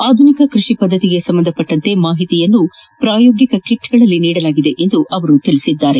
ಆಧುನಿಕ ಕೃಷಿ ಪದ್ದತಿಗೆ ಸಂಬಂಧಿಸಿದ ಮಾಹಿತಿಯನ್ನೂ ಪ್ರಾಯೋಗಿಕ ಕಿಟ್ ಗಳಲ್ಲಿ ನೀಡಲಾಗಿದೆ ಎಂದು ಅವರು ಹೇಳಿದರು